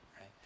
right